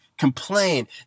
complain